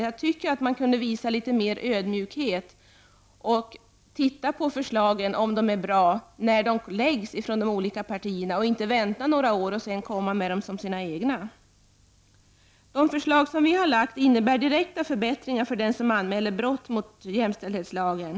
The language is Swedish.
Jag tycker att man kunde visa litet mera ödmjukhet och titta på förslagen från olika partier och se om de är bra i stället för att vänta några år och sedan komma med dem som sina egna. Våra förslag innebär direkta förbättringar för den som anmäler brott mot jämställdhetslagen.